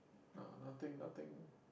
n~ nothing nothing